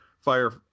fire